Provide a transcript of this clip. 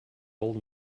old